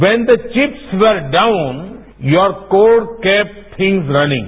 when the chiefs were down your core cap things running